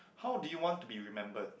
how do you want to be remembered